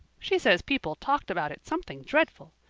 she says people talked about it something dreadful.